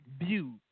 view